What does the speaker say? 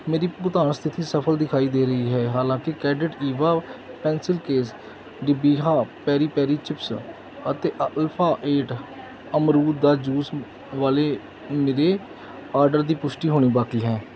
ਮੇਰੀ ਭੁਗਤਾਨ ਸਥਿਤੀ ਸਫਲ ਦਿਖਾਈ ਦੇ ਰਹੀ ਹੈ ਹਾਲਾਂਕਿ ਕੈਡਿਟ ਈਵਾ ਪੈਨਸਿਲ ਕੇਸ ਡਿਬਿਹਾ ਪੇਰੀ ਪੇਰੀ ਚਿਪਸ ਅਤੇ ਅਲਫਾ ਏਟ ਅਮਰੂਦ ਦਾ ਜੂਸ ਵਾਲੇ ਮੇਰੇ ਆਰਡਰ ਦੀ ਪੁਸ਼ਟੀ ਹੋਣੀ ਬਾਕੀ ਹੈ